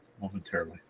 momentarily